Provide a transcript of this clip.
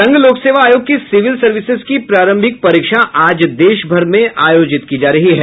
संघ लोक सेवा आयोग की सिविल सर्विसेज की प्रारंभिक परीक्षा आज देशभर में आयोजित की जा रही है